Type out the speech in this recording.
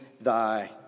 thy